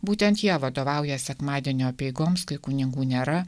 būtent jie vadovauja sekmadienio apeigoms kai kunigų nėra